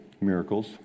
miracles